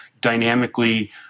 dynamically